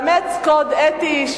לאמץ קוד אתי,